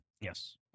Yes